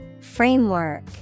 Framework